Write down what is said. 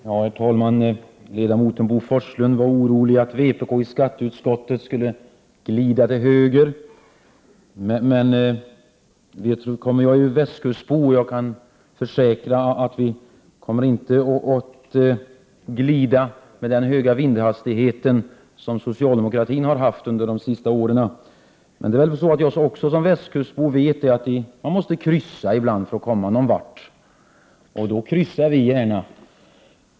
Herr talman! Ledamoten Bo Forslund var orolig över att vpk i skatteut 9 maj 1989 skottet skulle glida till höger. Jag är västkustbo och jag kan försäkra att vi inte kommer att glida med den höga vindhastighet som socialdemokratin har haft under de senaste åren. Som västkustbo vet jag också att man ibland måste kryssa för att komma någon vart. I sådana fall kryssar vi gärna.